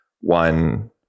one